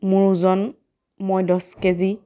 মোৰ ওজন মই দহ কেজি